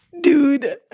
dude